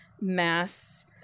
mass